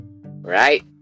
Right